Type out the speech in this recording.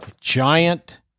giant